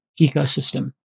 ecosystem